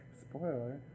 Spoiler